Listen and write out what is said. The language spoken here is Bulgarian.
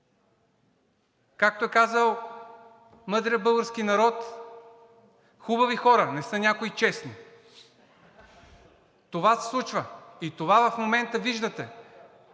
Както е казал мъдрият български народ – хубави хора, не са някои честни. Това се случва и това в момента виждате